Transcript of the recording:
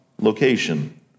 location